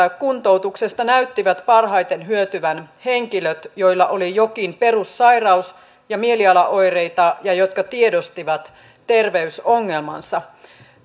kuntoutuksesta näyttivät parhaiten hyötyvän henkilöt joilla oli jokin perussairaus ja mielialaoireita ja jotka tiedostivat terveysongelmansa